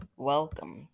Welcome